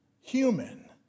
human